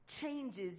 changes